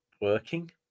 working